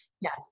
yes